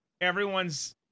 everyone's